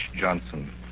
Johnson